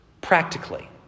practically